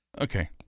Okay